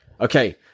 okay